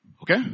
Okay